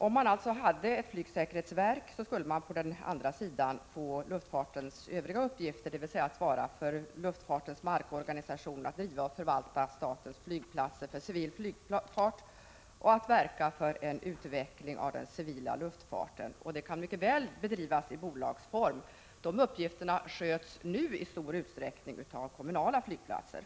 Om det alltså fanns ett flygsäkerhetsverk skulle på bolagssidan luftfartens övriga uppgifter skötas, dvs. att svara för luftfartens markorganisation, att driva och förvalta statens flygplatser för civil luftfart och att verka för en utveckling av den civila luftfarten. Dessa uppgifter kan mycket väl bedrivas i bolagsform — så sker nu i stor utsträckning vid de kommunala flygplatserna.